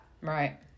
Right